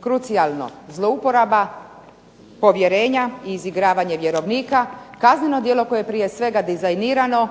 krucijalno, zlouporaba povjerenja i izigravanje vjerovnika, kazneno djelo koje je prije svega dizajnirano